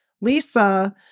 lisa